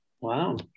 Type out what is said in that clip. Wow